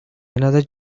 another